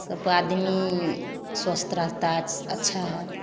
सब आदमी स्वस्थ रहता अच्छा है